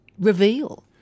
reveal